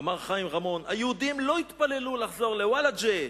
אמר חיים רמון: היהודים לא התפללו לחזור לוולג'ה,